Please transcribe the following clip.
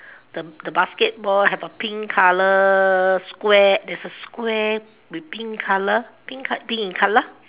the the basketball have a pink color square there is a square with pink color pink pink in color